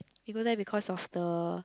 we go there because of the